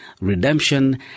redemption